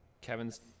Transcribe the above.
Kevin's